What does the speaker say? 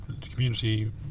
community